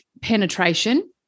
penetration